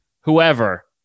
whoever